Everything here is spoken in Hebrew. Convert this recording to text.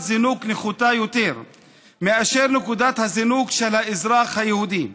זינוק נחותה יותר מאשר נקודת הזינוק של האזרח היהודי,